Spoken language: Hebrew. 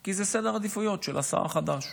כי זה סדר עדיפויות של השר החדש.